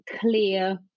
clear